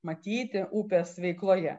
matyti upės veikloje